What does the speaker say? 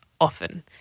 often